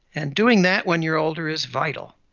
and doing that when you're older is vital.